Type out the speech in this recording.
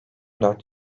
dört